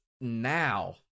now –